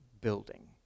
building